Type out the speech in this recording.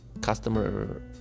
customer